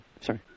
Sorry